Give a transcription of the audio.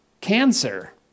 cancer